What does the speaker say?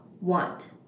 want